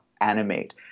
animate